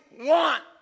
want